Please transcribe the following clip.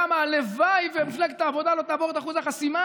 כמה הלוואי שמפלגת העבודה לא תעבור את אחוז החסימה.